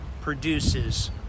produces